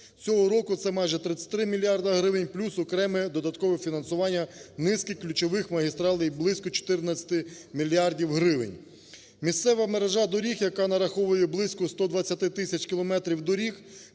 цього року це майже 33 мільярда гривень, плюс окреме додаткове фінансування низки ключових магістралей – близько 14 мільярдів гривень. Місцева мережа доріг, яка нараховує близько 120 тисяч кілометрів доріг,